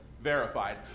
verified